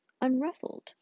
unruffled